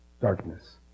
darkness